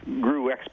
grew